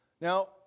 Now